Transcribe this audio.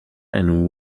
and